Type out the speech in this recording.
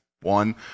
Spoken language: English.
One